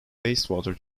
wastewater